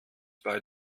bei